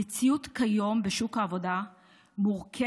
המציאות כיום בשוק העבודה מורכבת,